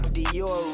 Dior